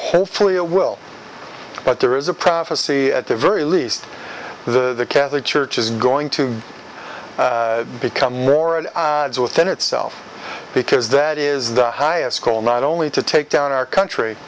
hopefully a will but there is a prophecy at the very least the catholic church is going to become more and within itself because that is the highest goal not only to take down our country